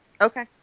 Okay